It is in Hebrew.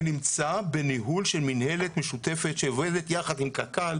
זה נמצא בניהול של מנהלת משותפת שעובדת יחד עם קק"ל,